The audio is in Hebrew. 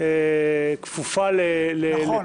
כפופה לפעילות --- נכון,